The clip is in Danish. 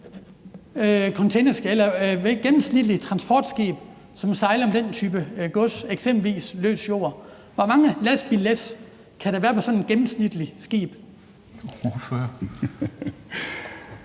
kan være på et gennemsnitligt transportskib, som sejler med den type gods, eksempelvis løs jord? Hvor mange lastbillæs kan der være på sådan et gennemsnitligt skib?